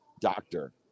doctor